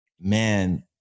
man